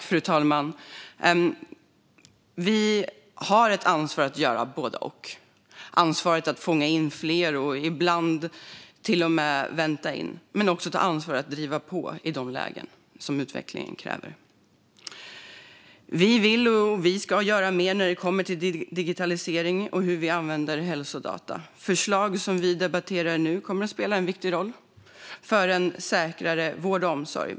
Fru talman! Vi har ett ansvar för att göra både och. Vi har ansvar för att fånga in fler, och ibland till och med vänta in. Men vi ska också ta ansvar för att driva på i de lägen där utvecklingen kräver det. Vi vill, och vi ska, göra mer när det kommer till digitalisering och hur vi använder hälsodata. De förslag som vi debatterar nu kommer att spela en viktig roll för en säkrare vård och omsorg.